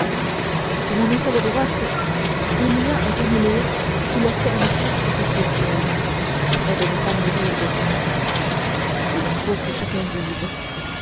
sous mon aisselle droite il y a un caméléon qui leur fait une chasse perpétuelle afin de ne pas mourir de faim il faut que chacun vive